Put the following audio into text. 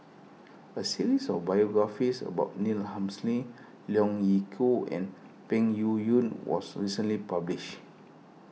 a series of biographies about Neil Humphreys Leong Yee Soo and Peng Yuyun was recently published